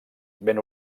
ben